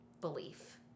belief